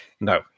no